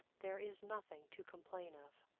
there is nothing to complain of.